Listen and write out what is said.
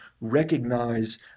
recognize